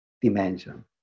dimension